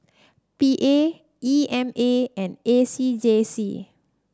P A E M A and A C J C